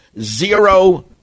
zero